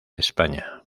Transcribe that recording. españa